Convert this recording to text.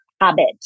habit